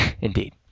Indeed